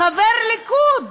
חבר ליכוד,